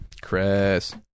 Chris